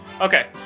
okay